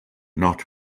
not